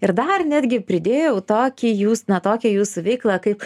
ir dar netgi pridėjau tokį jūs na tokią jūsų veiklą kaip